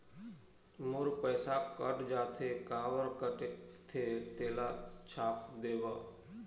मोर पैसा कट जाथे काबर कटथे तेला छाप देव?